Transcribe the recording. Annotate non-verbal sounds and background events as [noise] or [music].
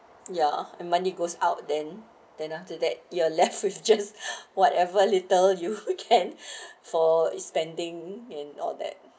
ya and money goes out then then after that you are left with just whatever little you [laughs] can for expanding in all that